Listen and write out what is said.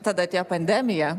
tada atėjo pandemija